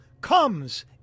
comes